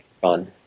fun